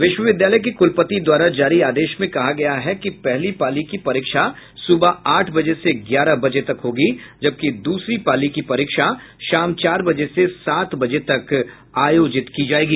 विश्वविद्यालय के कुलपति द्वारा जारी आदेश में कहा गया है कि पहली पाली की परीक्षा सुबह आठ बजे से ग्यारह बजे तक होगी जबकि दूसरी पाली की परीक्षा शाम चार बजे से सात बजे तक आयोजित की जायेगी